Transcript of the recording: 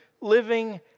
living